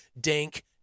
dank